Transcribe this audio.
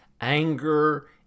Anger